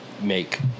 Make